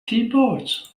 teapots